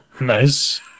Nice